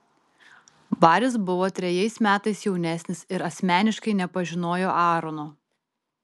baris buvo trejais metais jaunesnis ir asmeniškai nepažinojo aarono